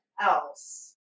else